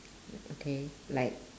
okay like